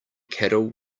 cattle